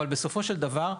אבל בסופו של דבר,